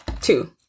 two